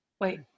Wait